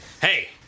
Hey